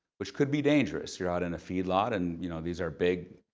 which could be dangerous, you're out in a feed lot, and you know these are big,